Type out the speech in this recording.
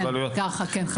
כן, כן.